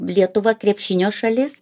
lietuva krepšinio šalis